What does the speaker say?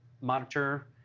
monitor